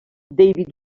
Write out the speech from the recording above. david